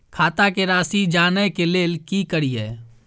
खाता के राशि जानय के लेल की करिए?